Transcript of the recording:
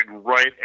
right